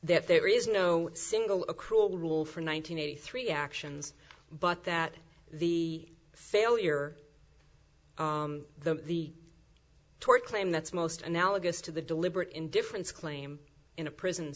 that there is no single accrual rule for nine hundred eighty three actions but that the failure though the tort claim that's most analogous to the deliberate indifference claim in a prison